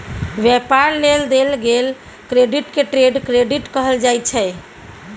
व्यापार लेल देल गेल क्रेडिट के ट्रेड क्रेडिट कहल जाइ छै